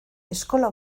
eskola